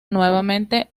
nuevamente